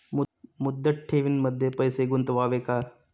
मुदत ठेवींमध्ये पैसे गुंतवावे का?